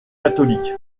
catholique